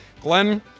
Glenn